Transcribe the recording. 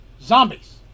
Zombies